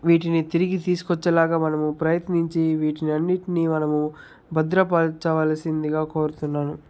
వీటిని తిరిగి తీసుకొచ్చేలాగా మనము ప్రయత్నించి వీటిని అన్నింటినీ మనము భద్రపరచవలసిందిగా కోరుతున్నాను